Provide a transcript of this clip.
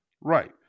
right